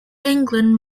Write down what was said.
england